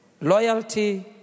loyalty